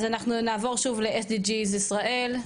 אז אנחנו נעבור שוב ל-SDG ישראל.